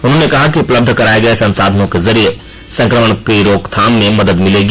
उन्होंने कहा कि उपलब्ध कराये गये संसाधनों के जरिये संकमण की रोकथाम में मदद मिलेगी